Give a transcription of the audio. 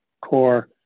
core